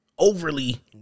Overly